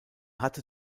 hatte